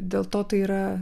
dėl to tai yra